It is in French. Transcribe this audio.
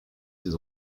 ces